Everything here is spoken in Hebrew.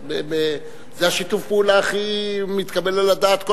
זה שיתוף הפעולה הכי מתקבל על הדעת,